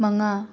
ꯃꯉꯥ